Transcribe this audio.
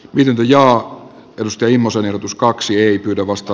virpi ja kaluste immosen tuskaksi ei pyydä vasta